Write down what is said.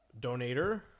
donator